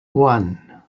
one